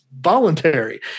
voluntary